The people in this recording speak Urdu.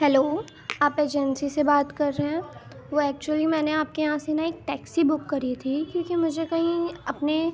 ہیلو آپ ایجنسی سے بات کر رہے ہیں وہ ایکچولی میں نے آپ کے یہاں سے نا ایک ٹیکسی بک کری تھی کیونکہ مجھے کہیں اپنے